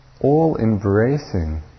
all-embracing